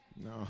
No